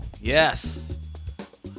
Yes